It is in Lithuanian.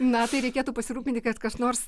na tai reikėtų pasirūpinti kad kas nors